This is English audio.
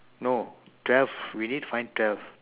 no twelve we need find twelve